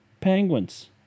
penguins